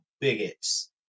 bigots